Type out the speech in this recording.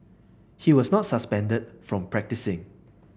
he was not suspended from practising